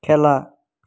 খেলা